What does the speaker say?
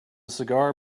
cigar